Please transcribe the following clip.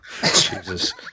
Jesus